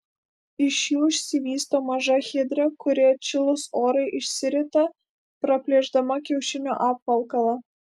iš jų išsivysto maža hidra kuri atšilus orui išsirita praplėšdama kiaušinio apvalkalą